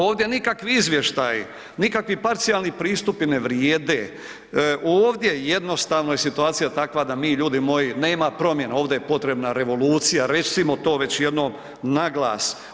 Ovdje nikakvi izvještaji, nikakvi parcijalni pristupi ne vrijede, ovdje je jednostavno situacija takva da mi ljudi moji nema promjena, ovdje je potrebna revolucija, recimo to već jednom na glas.